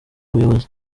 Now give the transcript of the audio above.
buyobozi